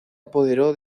apoderó